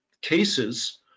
cases